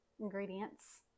ingredients